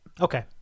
Okay